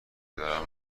دارم